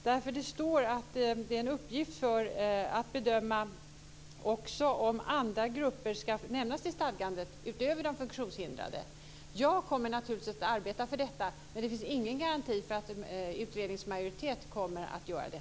Det står att det är en uppgift för utredningen att också bedöma om andra grupper utöver de funktionshindrade ska nämnas i stadgandet. Jag kommer naturligtvis att arbeta för detta, men det finns ingen garanti för att en utredningsmajoritet kommer att göra det.